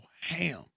ham